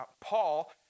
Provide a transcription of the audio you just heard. Paul